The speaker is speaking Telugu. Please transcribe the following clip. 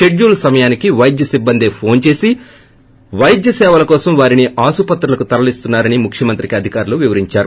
పెడ్యూలు సమయానికి వైద్య సిబ్బందే ఫోన్ చేసి వైద్య సేవల కోసం వారిని ఆస్పత్తులకు తరలిస్తున్నారని ముఖ్యమంత్రికి అధికారులు వివరించారు